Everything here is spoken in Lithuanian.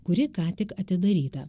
kuri ką tik atidaryta